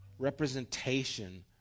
representation